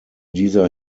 dieser